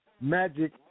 magic